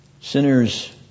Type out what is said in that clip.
Sinners